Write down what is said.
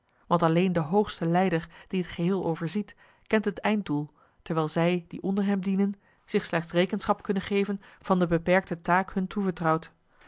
want alleen de hoogste leider die het geheel overziet kent het einddoel terwijl zij die onder hem dienen zich slechts rekenschap kunnen geven van de beperkte taak hun toevertrouwd